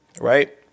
right